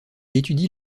étudie